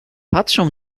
patrzą